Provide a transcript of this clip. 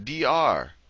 dr